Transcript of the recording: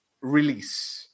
release